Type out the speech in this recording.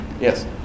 Yes